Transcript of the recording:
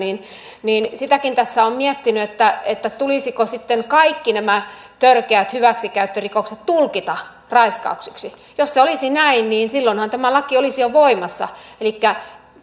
sitäkin tässä olen miettinyt että että tulisiko sitten kaikki nämä törkeät hyväksikäyttörikokset tulkita raiskauksiksi jos se olisi näin niin silloinhan tämä laki olisi jo voimassa elikkä